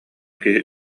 киһи